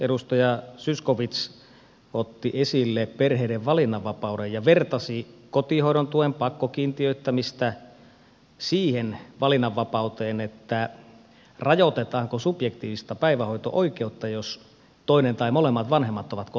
edustaja zyskowicz otti esille perheiden valinnanvapauden ja vertasi kotihoidon tuen pakkokiintiöittämistä siihen valinnanvapauteen rajoitetaanko subjektiivista päivähoito oikeutta jos toinen tai molemmat vanhemmat ovat kotona